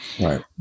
Right